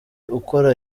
ukora